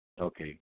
okay